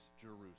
Jerusalem